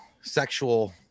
sexual